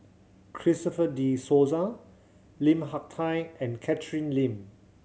Christopher De Souza Lim Hak Tai and Catherine Lim